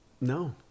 No